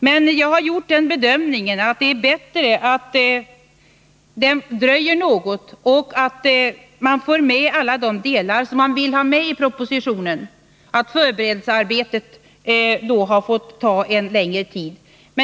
Men jag har gjort den bedömningen att det är bättre att den blir något fördröjd och att man får med alla de delar som man vill ha med i propositionen. Förberedelsearbetet kommer då att ta längre tid.